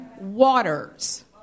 Waters